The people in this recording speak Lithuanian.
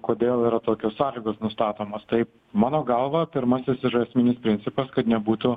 kodėl yra tokios sąlygos nustatomos tai mano galva pirmasis ir esminis principas kad nebūtų